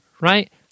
right